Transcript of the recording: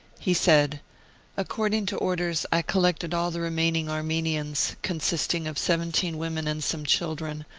he said according to orders, i collected all the remaining armenians, consisting of seventeen women and some children,